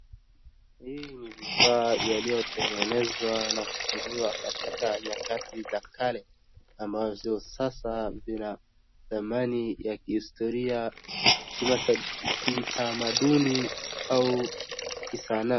Hii ni vifaa yaliyotengenezwa na kutumiwa katika nyakati za kale ambazo sasa vina thamani ya kihistoria kitamaduni au kisanaa.